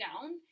down